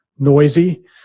Noisy